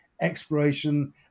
exploration